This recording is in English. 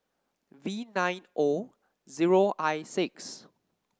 V nine O zero I six